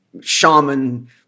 shaman